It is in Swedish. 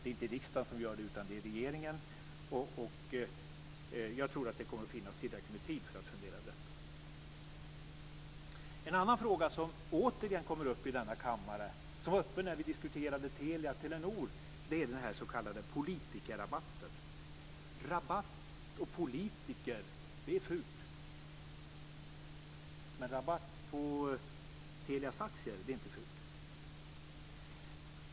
Det är inte riksdagen som gör det, utan det är regeringen. Jag tror att det kommer att finnas tillräckligt med tid för att fundera över det. En annan fråga som åter kommer upp i kammaren och som var uppe när vi diskuterade Telia-Telenor är den s.k. politikerrabatten. Rabatt och politiker är fult, men rabatt på Telias aktier är inte fult.